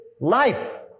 life